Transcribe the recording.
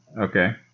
Okay